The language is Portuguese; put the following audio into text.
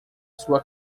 sua